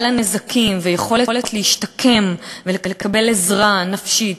הנזקים ויכולת להשתקם ולקבל עזרה נפשית,